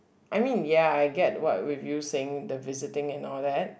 I mean ya I get what with you saying the visiting and all that